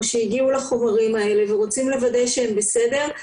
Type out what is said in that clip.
או שהגיעו לחומרים האלה ורוצים לוודא שהם בסדר,